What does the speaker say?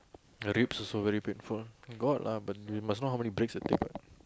the ribs also very painful got lah but we must know how many breaks it take what